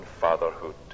fatherhood